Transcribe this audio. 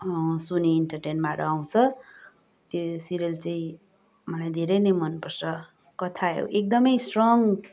Sony एन्टरटेनमेन्टबाट आउँछ र त्यो सिरियल चाहिँ मलाई धेरै नै मनपर्छ कथा एकदमै स्ट्रङ